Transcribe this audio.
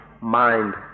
mind